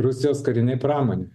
rusijos karinei pramonei